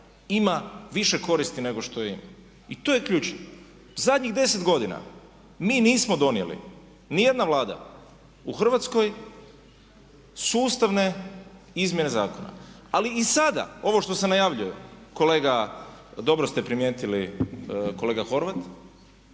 ima više koristi nego što ima i to je ključno. Zadnjih 10 godina mi nismo donijeli, ni jedna Vlada u Hrvatskoj sustavne izmjene zakona. Ali i sada ovo što se najavljuje kolega dobro ste primijetili kolega Horvat,